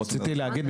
רציתי להגיד,